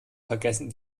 vergessen